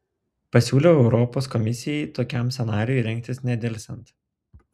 pasiūliau europos komisijai tokiam scenarijui rengtis nedelsiant